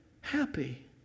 happy